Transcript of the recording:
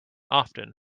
often